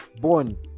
born